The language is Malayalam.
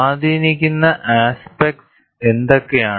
സ്വാധീനിക്കുന്ന ആസ്പെക്ടസ് എന്തൊക്കെയാണ്